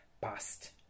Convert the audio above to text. past